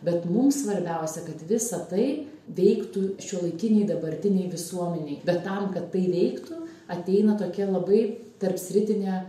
bet mums svarbiausia kad visa tai veiktų šiuolaikinėj dabartinėj visuomenėj bet tam kad tai veiktų ateina tokia labai tarpsritinė